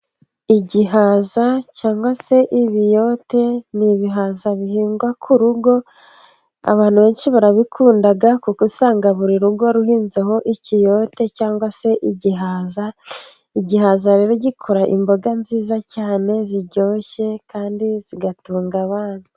Igihaza cyangwa se ibiyote, ni ibihaza bihingwa ku rugo abantu benshi barabikunda, kuko usanga buri rugo ruhinzeho ikiyote, cyangwa se igihaza. Igihaza rero gikora imboga nziza cyane ziryoshye kandi zigatunga abana.